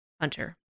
Hunter